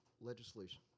legislation